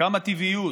כמה טבעיות.